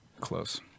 close